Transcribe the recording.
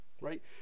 right